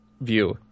view